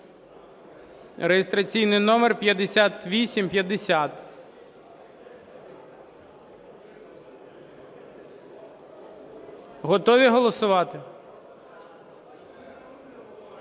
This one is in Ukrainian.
(реєстраційний номер 5850). Готові голосувати?